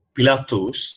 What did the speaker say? Pilatus